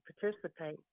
participate